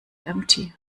empty